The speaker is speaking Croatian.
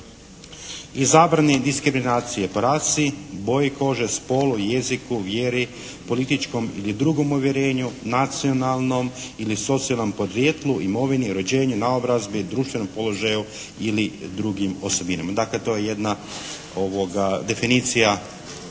I zabrani diskriminacije po rasi, boji kože, spolu, jeziku, vjeri, političkom ili drugom uvjerenju, nacionalnom ili socijalnom podrijetlu, imovini, rođenju, naobrazbi, društvenom položaju ili drugim osobinama. Dakle to je jedna definicija